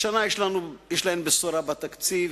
השנה יש להן בשורה בתקציב,